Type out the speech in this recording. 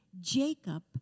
Jacob